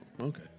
Okay